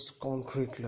concrete